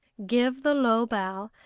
give the low bow,